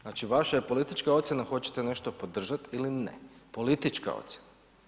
Znači vaša je politička ocjena hoćete nešto podržati ili ne, politička ocjena.